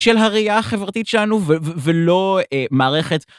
של הראייה החברתית שלנו ולא מערכת.